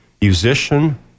musician